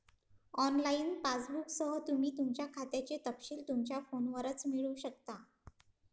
online पासबुकसह, तुम्ही तुमच्या खात्याचे तपशील तुमच्या फोनवरच मिळवू शकता